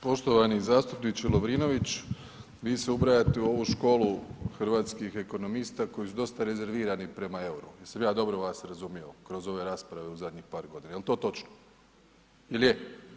Poštovani zastupniče Lovrinović, vi se ubrajate u ovu školu hrvatskih ekonomista koji su dosta rezervirani prema eura, jesam ja dobro vas razumio kroz ove rasprave u zadnjih par godina, jel to točno, jel je?